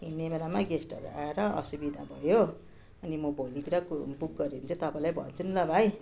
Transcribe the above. हिँड्ने बेलामा गेस्टहरू आएर असुविधा भयो अनि म भोलितिर कु बुक गऱ्यो भने चाहिँ तपाईँलाई भन्छु नि ल भाइ